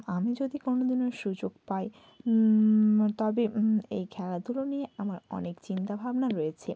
আমি যদি কোনদিনও সুযোগ পাই তবে এই খেলাধুলো নিয়ে আমার অনেক চিন্তাভাবনা রয়েছে